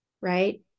Right